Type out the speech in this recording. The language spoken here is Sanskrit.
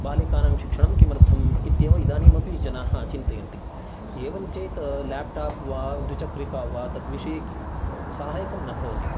बालिकानां शिक्षणं किमर्थं इत्येव इदानींमपि जनाः चिन्तयन्ति एवं चेत् लेप्टाप् वा द्विचक्रिका वा तद्विषये साहाय्यकं न भवति